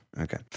Okay